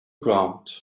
ground